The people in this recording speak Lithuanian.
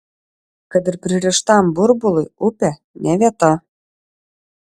kad ir pririštam burbului upė ne vieta